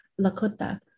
Lakota